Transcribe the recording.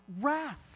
wrath